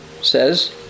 says